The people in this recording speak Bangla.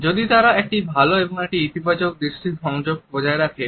যদি তারা একটি ভালো এবং ইতিবাচক দৃষ্টি সংযোগ বজায় রাখে